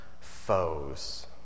foes